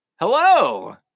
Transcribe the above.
Hello